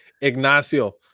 Ignacio